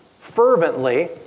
fervently